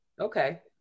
okay